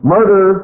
Murder